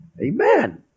amen